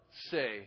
say